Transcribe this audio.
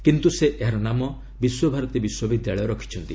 କିନ୍ତୁ ସେ ଏହାର ନାମ ବିଶ୍ୱଭାରତୀ ବିଶ୍ୱବିଦ୍ୟାଳୟ ରଖିଛନ୍ତି